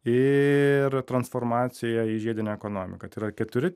ir transformacija į žiedinę ekonomiką tai yra keturi